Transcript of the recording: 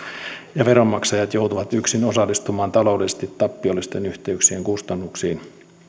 ja veronmaksajat joutuvat yksin osallistumaan taloudellisesti tappiollisten yhteyksien kustannuksiin